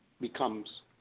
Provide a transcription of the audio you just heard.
becomes